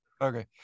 okay